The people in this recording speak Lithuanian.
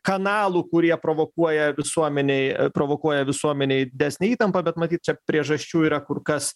kanalų kurie provokuoja visuomenėj provokuoja visuomenėj didesnę įtampą bet matyt čia priežasčių yra kur kas